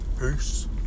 Peace